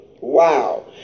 wow